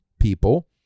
people